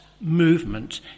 movement